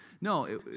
No